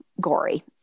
gory